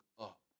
up